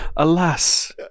Alas